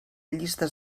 llistes